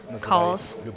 calls